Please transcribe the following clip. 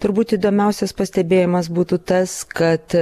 turbūt įdomiausias pastebėjimas būtų tas kad